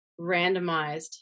randomized